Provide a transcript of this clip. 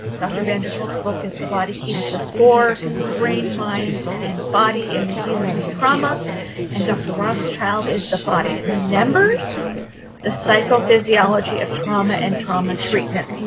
dr. van der kolk's book is the body keeps the score brain, mind and body in the healing trauma and dr. rothschild is the body remembers the psychophysiology of trauma and trauma treatment.